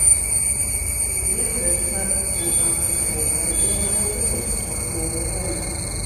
kai kurie tvirtina kad nei afrika nei azija neturi su tuo nieko bendra